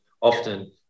often